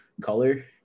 color